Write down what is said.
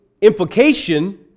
implication